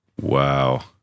Wow